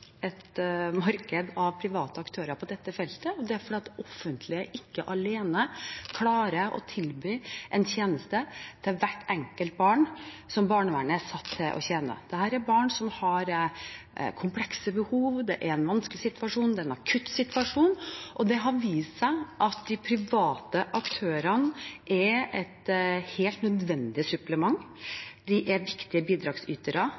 et marked av private aktører på dette feltet. Det er fordi det offentlige alene ikke klarer å tilby en tjeneste til hvert enkelt barn som barnevernet er satt til å hjelpe. Dette er barn som har komplekse behov. Det er en vanskelig situasjon, det er en akutt situasjon, og det har vist seg at de private aktørene er et helt nødvendig supplement. De er viktige bidragsytere